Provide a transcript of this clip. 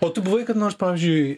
o tu buvai kada nors pavyzdžiui